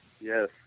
Yes